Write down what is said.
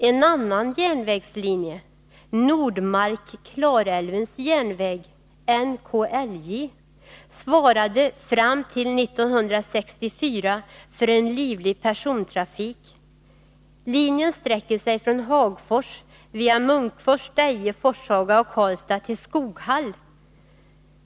En annan järnvägslinje, Nordmark-Klarälvens järnväg, NKIJ, svarade fram till 1964 för en livlig persontrafik. Linjen sträcker sig från Hagfors via Munkfors, Deje, Forshaga och Karlstad till Skoghall.